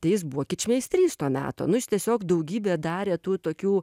tai jis buvo kičmeistrys to meto nu jis tiesiog daugybė darė tų tokių